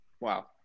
Wow